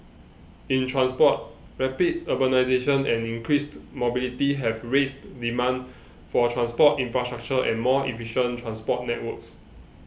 in transport rapid urbanisation and increased mobility have raised demand for transport infrastructure and more efficient transport networks